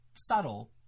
subtle